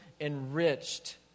enriched